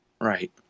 Right